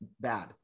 bad